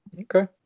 okay